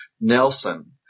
Nelson